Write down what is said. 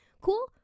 Cool